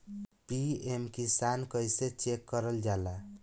PM Kisan कइसे check करल जाला?